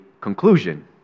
conclusion